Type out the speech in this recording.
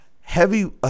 heavy